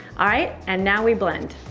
alright, and now we blend.